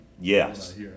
Yes